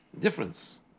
difference